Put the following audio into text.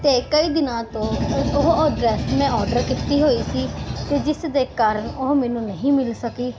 ਤੇ ਕਈ ਦਿਨਾਂ ਤੋਂ ਉਹ ਡਰੈਸ ਮੈਂ ਆਰਡਰ ਕੀਤੀ ਹੋਈ ਸੀ ਤੇ ਜਿਸ ਦੇ ਕਾਰਨ ਉਹ ਮੈਨੂੰ ਨਹੀਂ ਮਿਲ ਸਕੀ